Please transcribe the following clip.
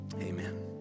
amen